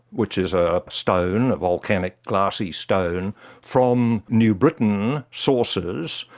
which is a stone, a volcanic glassy stone from new britain sources.